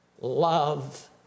love